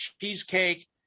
cheesecake